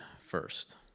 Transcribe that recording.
first